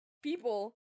People